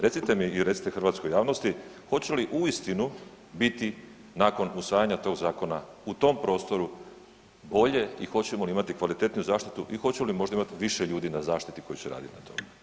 Recite mi i recite hrvatskoj javnosti hoće li uistinu biti nakon usvajanja tog zakona u tom prostoru ovdje i hoćemo li imati kvalitetniju zaštitu i hoćemo li možda imat više ljudi na zaštiti koji će radit na tome?